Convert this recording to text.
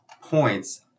points